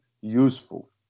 useful